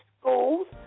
schools